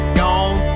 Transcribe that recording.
gone